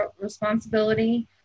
responsibility